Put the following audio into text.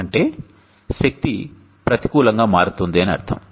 అంటే శక్తి ప్రతికూలంగా మారుతోంది అని అర్థం